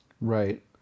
right